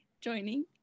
joining